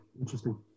interesting